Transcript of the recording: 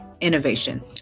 innovation